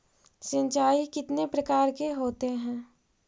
सिंचाई कितने प्रकार के होते हैं?